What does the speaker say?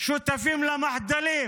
שותפים למחדלים